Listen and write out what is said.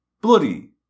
Bloody